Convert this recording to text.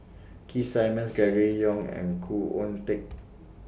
Keith Simmons Gregory Yong and Khoo Oon Teik